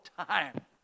time